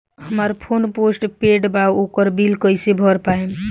हमार phone post paid बा ओकर बिल कईसे भर पाएम?